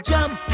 Jump